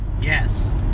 Yes